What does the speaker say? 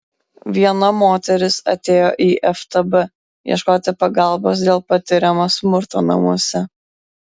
viena moteris atėjo į ftb ieškoti pagalbos dėl patiriamo smurto namuose